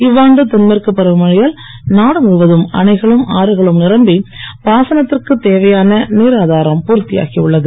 இவ்வாண்டு தென்மேற்கு பருவமழையால் நாடு முழுவதும் அணைகளும் ஆறுகளும் நிரம்பி பாசனத்திற்கு தேவையான நீராதாரம் பூர்த்தியாகி உள்ளது